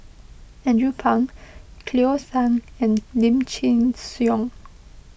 Andrew Phang Cleo Thang and Lim Chin Siong